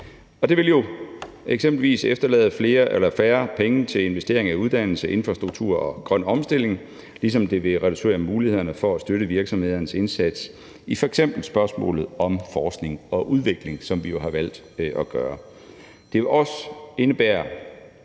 Det vil jo eksempelvis efterlade færre penge til investeringer i uddannelse, infrastruktur og grøn omstilling, ligesom det vil reducere mulighederne for at støtte virksomhedernes indsats i f.eks. spørgsmålet om forskning og udvikling, som vi jo har valgt at gøre. Det vil også indebære,